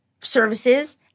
services